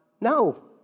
No